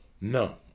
No